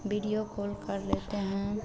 video call कर लेते हैं